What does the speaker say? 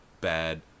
bad